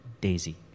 Daisy